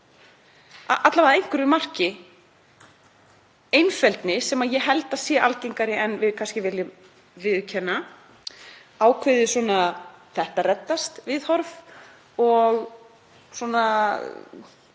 vega að einhverju marki, einfeldni sem ég held að sé algengari en við kannski viljum viðurkenna, ákveðið svona „þetta reddast“-viðhorf og okkar